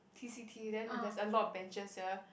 t_c_t then there's a lot of benches here